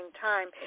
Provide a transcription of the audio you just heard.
Time